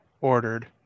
ordered